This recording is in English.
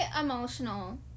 emotional